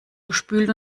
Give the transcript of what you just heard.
gespült